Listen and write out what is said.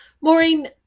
maureen